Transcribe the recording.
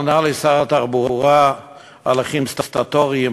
ענה לי שר התחבורה: הליכים סטטוטוריים,